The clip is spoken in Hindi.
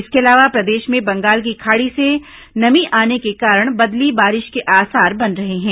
इसके अलावा प्रदेश में बंगाल की खाड़ी से नमी आने के कारण बदली बारिश के आसार बन रहे हैं